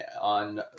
on